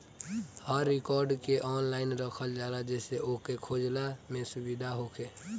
हर record के online रखल जाला जेसे की ओके खोजला में सुबिधा होखे